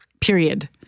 Period